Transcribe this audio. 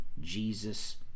Jesus